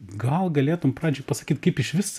gal galėtum pradžiai pasakyt kaip išvis